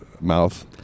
mouth